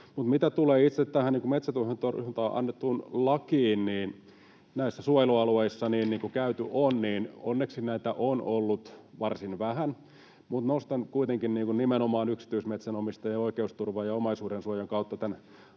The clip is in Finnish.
Mitä tulee itse tähän metsätuhojen torjunnasta annettuun lakiin, niin näillä suojelualueilla onneksi näitä on ollut varsin vähän, mutta nostan kuitenkin nimenomaan yksityismetsänomistajien oikeusturvan ja omaisuudensuojan kautta